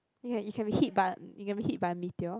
ya you can be hit by you can be hit by meteor